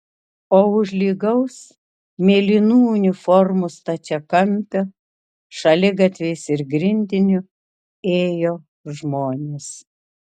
o už lygaus mėlynų uniformų stačiakampio šaligatviais ir grindiniu ėjo žmonės